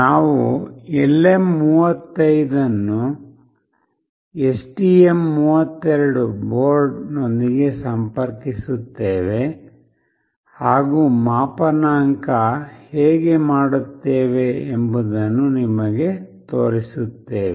ನಾವು LM35 ಅನ್ನು STM32 board ನೊಂದಿಗೆ ಸಂಪರ್ಕಿಸುತ್ತೇವೆ ಹಾಗೂ ಮಾಪನಾಂಕ ಹೇಗೆ ಮಾಡುತ್ತೇವೆ ಎಂಬುದನ್ನು ನಿಮಗೆ ತೋರಿಸುತ್ತೇವೆ